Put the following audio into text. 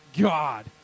God